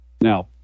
Now